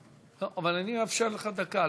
טוב, אבל אני אאפשר לך דקה.